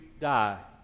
die